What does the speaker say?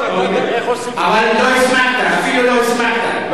אבל אפילו לא הסמקת,